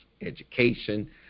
education